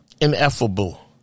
ineffable